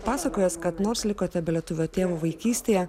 pasakojęs kad nors likote be lietuvio tėvo vaikystėje